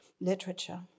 literature